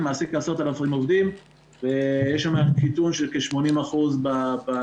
הענף מעסיק כעשרת אלפים עובדים ויש שם קיטון של כ-80% בסחר.